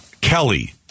Kelly